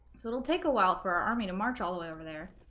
so it'll take a while for our army to march all the way over there